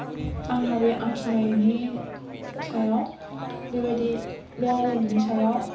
आंहा बे आखिनायनि सायाव बेबायदि बे आरिमुनि सायाव